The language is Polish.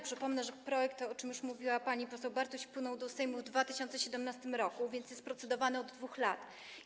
Przypomnę, że projekt, o czym już mówiła pani poseł Bartuś, wpłynął do Sejmu w 2017 r., więc jest procedowany od 2 lat.